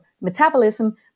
metabolism